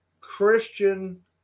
Christian